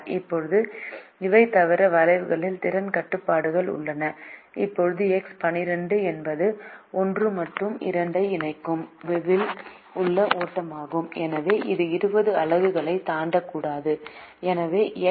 இப்போது இவை தவிர வளைவுகளில் திறன் கட்டுப்பாடுகள் உள்ளன இப்போது எக்ஸ் 12 என்பது 1 மற்றும் 2 ஐ இணைக்கும் வில் உள்ள ஓட்டமாகும் எனவே இது 20 அலகுகளை தாண்டக்கூடாது எனவே எக்ஸ் 12 ≤ 20